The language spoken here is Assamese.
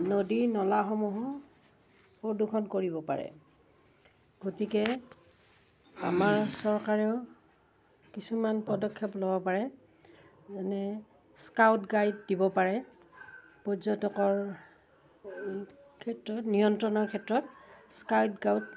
নদী নলাসমূহো প্ৰদূষণ কৰিব পাৰে গতিকে আমাৰ চৰকাৰেও কিছুমান পদক্ষেপ ল'ব পাৰে যেনে স্কাউট গাইড দিব পাৰে পৰ্যটকৰ ক্ষেত্ৰত নিয়ন্ত্ৰণৰ ক্ষেত্ৰত স্কাউট গাইড